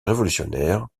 révolutionnaire